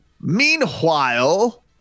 Meanwhile